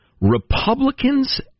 Republicans